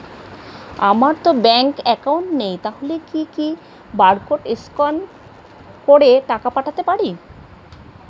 আমারতো bank account নেই তাহলে কি কি বারকোড স্ক্যান করে টাকা পাঠাতে পারি?